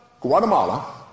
Guatemala